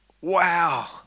wow